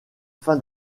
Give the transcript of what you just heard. fin